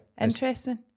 Interesting